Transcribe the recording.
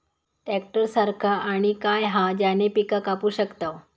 Tractor सारखा आणि काय हा ज्याने पीका कापू शकताव?